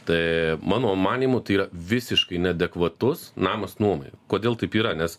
tai mano manymu tai yra visiškai neadekvatus namas nuomai kodėl taip yra nes